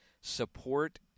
support